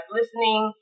listening